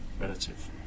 relative